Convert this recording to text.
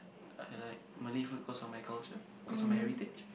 I like Malay food cause of my culture cause of my heritage